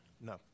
No